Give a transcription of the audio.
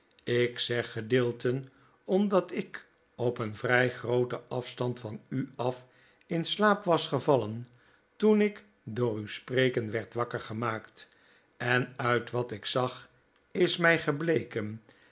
ik zeg gedeelfen omdat ik op een vrij grooten afstand van u af in slaap was gevallen toen ik door uw spreken werd wakker gemaakt en uit wat ik zag is mij gebleken